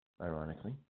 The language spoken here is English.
Ironically